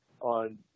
on